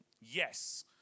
yes